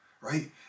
right